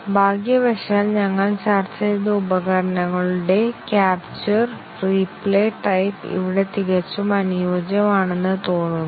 ഭാഗ്യവശാൽ ഞങ്ങൾ ചർച്ച ചെയ്ത ഉപകരണങ്ങളുടെ ക്യാപ്ചർ റീപ്ലേ ടൈപ്പ് ഇവിടെ തികച്ചും അനുയോജ്യമാണെന്ന് തോന്നുന്നു